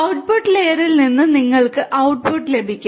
output ലെയറിൽ നിന്ന് നിങ്ങൾക്ക് ഔട്ട്പുട്ട് ലഭിക്കും